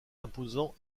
imposant